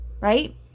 right